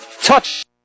Touch